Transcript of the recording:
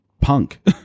punk